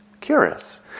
Curious